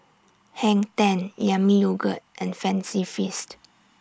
Hang ten Yami Yogurt and Fancy Feast